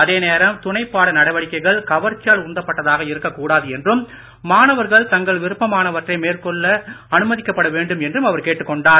அதே நேரம் துணைப்பாட நடவடிக்கைகள் கவர்ச்சியால் உந்தப்பட்டதாக இருக்க கூடாது என்றும் மாணவர்கள் தங்கள் விருப்பமானவற்றை மேற்கொள்ள அனுமதிக்கப்பட வேண்டும் என்று அவர் கேட்டுக் கொண்டார்